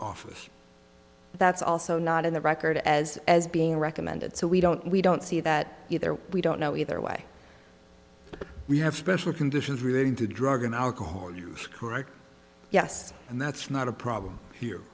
office that's also not in the record as as being recommended so we don't we don't see that we don't know either way we have special conditions relating to drug and alcohol use correct yes and that's not a problem here